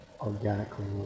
organically